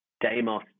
Demos